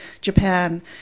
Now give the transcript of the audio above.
Japan